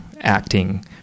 acting